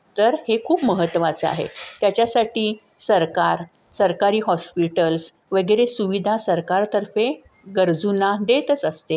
तर हे खूप महत्वाचं आहे त्याच्यासाठी सरकार सरकारी हॉस्पिटल्स वगैरे सुविधा सरकारतर्फे गरजूंना देतच असते